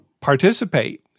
participate